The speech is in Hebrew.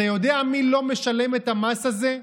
אתה יודע מי לא משלם את המס הזה?